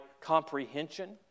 comprehension